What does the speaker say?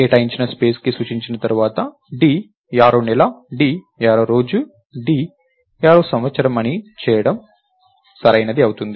కేటాయించిన స్పేస్ కి సూచించిన తర్వాత d యారో నెల d యారో రోజు మరియు d యారో సంవత్సరం అని చేయడం సరైనది అవుతుంది